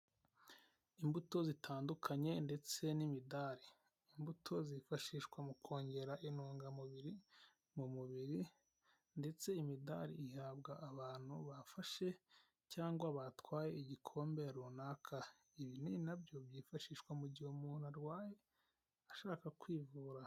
Imbuto zitandukanye ndetse n'imidari. Imbuto zifashishwa mu kongera intungamubiri mu mubiri ndetse imidari ihabwa abantu bafashe cyangwa batwaye igikombe runaka. Ibinini na byo byifashishwa mu gihe umuntu arwaye ashaka kwivura.